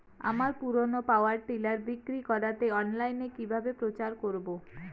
আমার পুরনো power tiller বিক্রি করাতে অনলাইনে কিভাবে প্রচার করব?